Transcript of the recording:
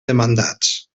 demandats